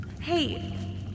Hey